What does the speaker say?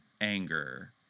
anger